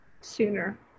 sooner